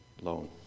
loan